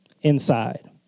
inside